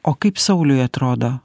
o kaip sauliui atrodo